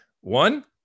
one